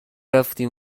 رفتیم